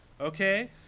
Okay